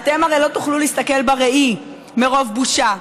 אתם הרי לא תוכלו להסתכל בראי מרוב בושה.